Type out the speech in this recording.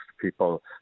people